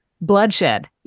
Bloodshed